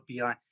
BI